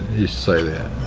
he's say that